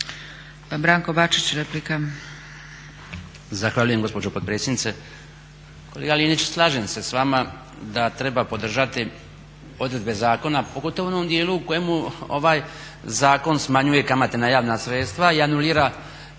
Branko Bačić, replika.